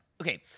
okay